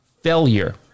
failure